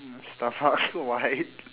stomach wide